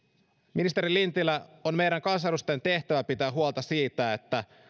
ministeri lintilä on meidän kansanedustajien tehtävä pitää huolta siitä että